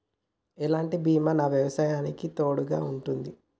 ఎలాంటి బీమా నా వ్యవసాయానికి తోడుగా ఉంటుంది?